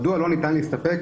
מדוע לא ניתן להסתפק